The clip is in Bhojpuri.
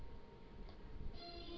पसुपालन क हिस्सा होला